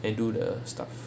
and do the stuff